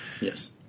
yes